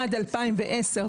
עד 2010,